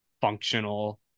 functional